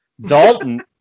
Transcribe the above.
Dalton